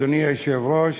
אדוני היושב-ראש,